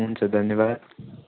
हुन्छ धन्यवाद